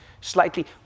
slightly